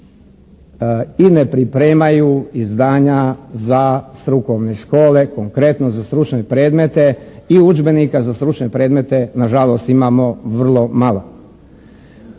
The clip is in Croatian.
i ne pripremaju izdanja za strukovne škole, konkretno za stručne predmete i udžbenika za stručne predmete nažalost imamo vrlo malo.